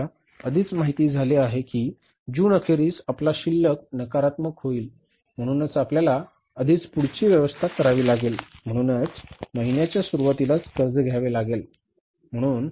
हे आम्हाला आधीच माहित झाले आहे की जूनअखेरीस आपला शिल्लक नकारात्मक होईल म्हणूनच आपल्याला आधीच पुढची व्यवस्था करावी लागेल म्हणूनच महिन्याच्या सुरूवातीलाच कर्ज घ्यावे लागेल